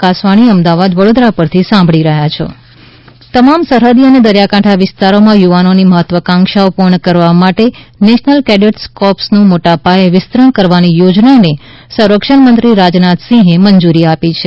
NCC તમામ સરહદી અને દરિયાકાંઠાના વિસ્તારોમાં યુવાનોની મહત્વાકાંક્ષાઓ પૂર્ણ કરવા માટે નેશનલ કેડેટ્સ કોર્પ્સનું મોટાપાયે વિસ્તરણ કરવાની યોજનાને સંરક્ષણમંત્રી રાજનાથસિંહે મંજૂરી આપી છે